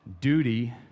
duty